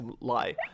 lie